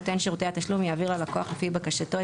נותן שירותי התשלום יעביר ללקוח לפי בקשתו,